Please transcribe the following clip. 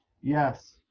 Yes